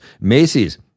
Macy's